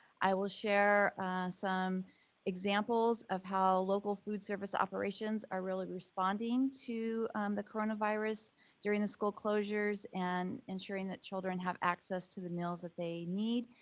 i will share some examples of how local food service operations are really responding to the coronavirus during the school closures and ensuring that children have access to the meals that they need,